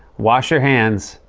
wash your hands,